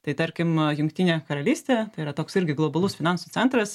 tai tarkim jungtinė karalystė tai yra toks irgi globalus finansų centras